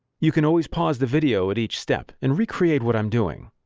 you can always pause the video at each step and recreate what i'm doing.